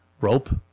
rope